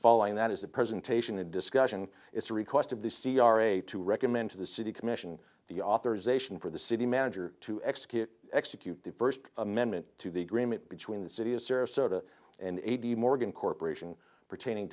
following that is a presentation a discussion it's a request of the c r a to recommend to the city commission the authorization for the city manager to execute execute the first amendment to the agreement between the city of sarasota and eighty morgan corporation pertaining